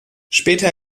später